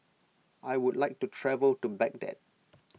I would like to travel to Baghdad